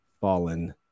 fallen